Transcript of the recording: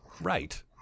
Right